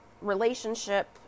relationship